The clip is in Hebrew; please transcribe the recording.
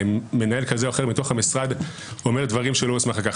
כשמנהל כזה או אחר מתוך המשרד אומר דברים שהוא לא הוסמך לכך.